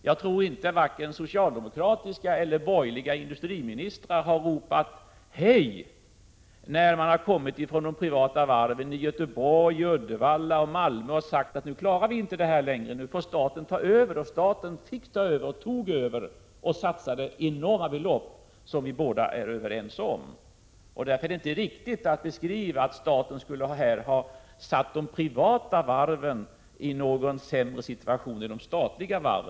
Jag tror inte att vare sig socialdemokratiska eller borgerliga industriministrar har ropat hurra när man från de privata varven i Göteborg, Uddevalla och Malmö har kommit och sagt att nu klarar vi inte detta längre utan nu får staten ta över. Staten tog över och satsade, som vi båda vet, enorma belopp. Därför är det inte riktigt att beskriva det som om staten skulle ha satt de privata varven i en sämre situation än de statliga.